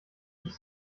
ich